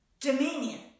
dominion